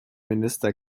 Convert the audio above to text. minister